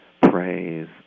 praise